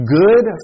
good